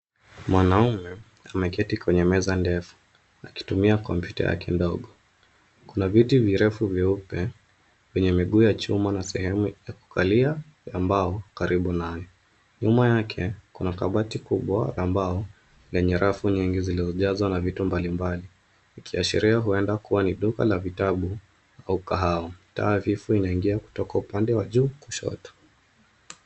Mwanaume ameketi kwenye meza ndefu akitumia kompyuta yake ndogo. Kuna viti virefu vyeupe vyenye miguu ya chuma na sehemu ya kukalia ya mbao karibu naye. Nyuma yake kuna kabati kubwa ya mbao lenye rafu nyingi zilizojazwa na vitu mbali mbali ikiashiria huenda kuwa ni duka la vitabu au mkahawa. Taa dhifu inaingia kutoka upande wa juu kushoto.